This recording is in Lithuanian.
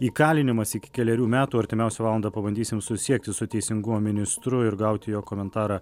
įkalinimas iki kelerių metų artimiausią valandą pabandysim susisiekti su teisingumo ministru ir gauti jo komentarą